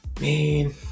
man